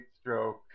stroke